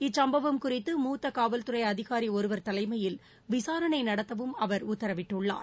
இச்சுப்பவம் குறித்து மூத்த காவல்துறை அதிகாரி ஒருவர் தலைமையில் விசாரணை நடத்தவும் அவர் உத்தரவிட்டுள்ளார்